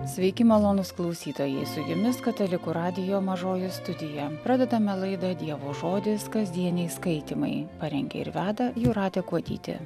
sveiki malonūs klausytojai su jumis katalikų radijo mažoji studija pradedame laida dievo žodis kasdieniai skaitymai parengė ir veda jūratė kuodytė